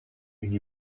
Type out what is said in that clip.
une